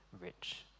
rich